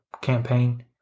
campaign